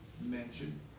mention